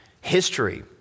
History